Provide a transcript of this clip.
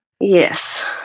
Yes